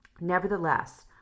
Nevertheless